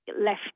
left